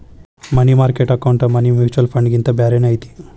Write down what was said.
ಮನಿ market account money mutual ಫಂಡ್ಗಿಂತ ಬ್ಯಾರೇನ ಐತಿ